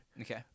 Okay